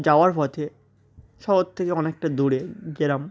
যাওয়ার পথে শহর থেকে অনেকটা দূরে গেলাম